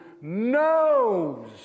knows